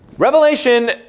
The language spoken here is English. Revelation